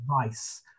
advice